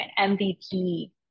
MVP